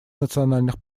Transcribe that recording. национальных